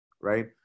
right